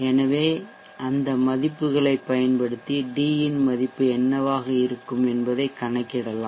எனவே அந்த மதிப்புகளைப் பயன்படுத்தி d இன் மதிப்பு என்னவாக இருக்கும் என்பதைக் கணக்கிடலாம்